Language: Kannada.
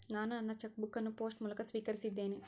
ನಾನು ನನ್ನ ಚೆಕ್ ಬುಕ್ ಅನ್ನು ಪೋಸ್ಟ್ ಮೂಲಕ ಸ್ವೀಕರಿಸಿದ್ದೇನೆ